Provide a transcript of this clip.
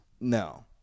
No